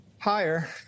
higher